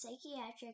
Psychiatric